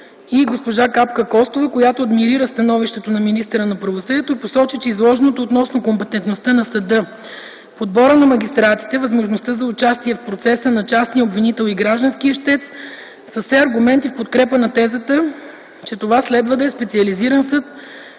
и госпожа Капка Костова, която адмирира становището на министъра на правосъдието и посочи, че изложеното относно компетентността на съда, подбора на магистратите, възможността за участие в процеса на частния обвинител и гражданския ищец са все аргументи в подкрепа на тезата, че това следва да е специализиран съд